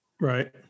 right